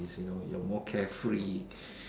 is you know you are more carefree